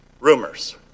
Rumors